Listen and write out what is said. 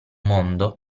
mondo